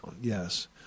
Yes